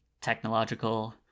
technological